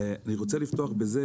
אני רוצה לפתוח בזה